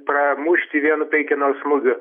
pramušti vienu peikenos smūgiu